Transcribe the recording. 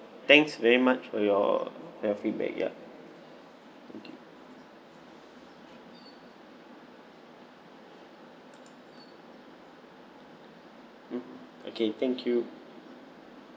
thanks very much for your your feedback ya thank you mm okay thank you